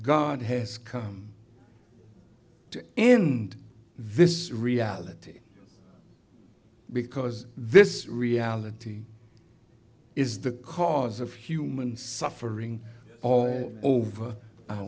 god has come to end this reality because this reality is the cause of human suffering all over